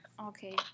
Okay